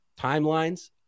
timelines